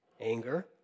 anger